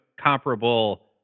comparable